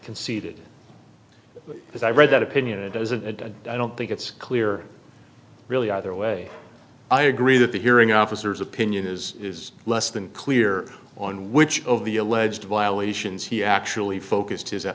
conceded as i read that opinion it doesn't a i don't think it's clear really either way i agree that the hearing officers opinion is less than clear on which of the alleged violations he actually focused his